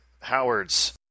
Howard's